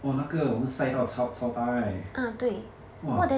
orh 那个我们晒到 chao ta right !wah!